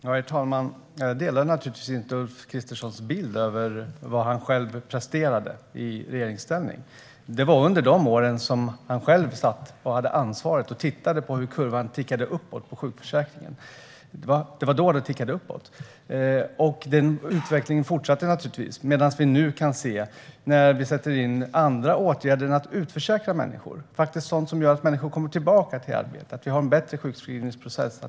Fru talman! Jag delar naturligtvis inte Ulf Kristerssons bild av vad han själv presterade i regeringsställning. Det var under de år som han själv hade ansvaret som kurvan för sjukförsäkringen tickade uppåt. Den utvecklingen fortsatte naturligtvis. Nu ser vi att vi sätter in andra åtgärder än att utförsäkra människor. Det handlar om sådant som gör att människor kommer tillbaka till arbete. Vi har en bättre sjukskrivningsprocess.